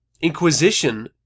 Inquisition